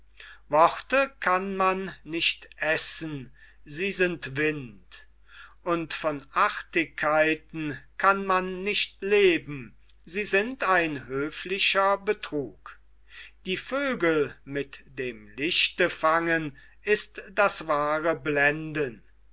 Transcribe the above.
worte kann man nicht essen sie sind wind und von artigkeiten kann man nicht leben sie sind ein höflicher betrug die vögel mit dem lichte fangen ist das wahre blenden